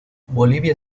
bolivia